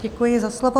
Děkuji za slovo.